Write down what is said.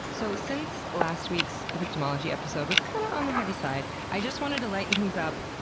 so, since last week's victimology episode was kind of on the heavy side, i just wanted to lighten things up,